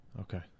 Okay